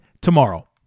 tomorrow